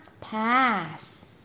pass